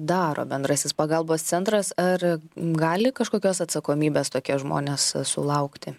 daro bendrasis pagalbos centras ar gali kažkokios atsakomybės tokie žmonės sulaukti